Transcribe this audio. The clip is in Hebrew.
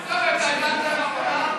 עיסאווי, אתה הבנת מה הוא אמר?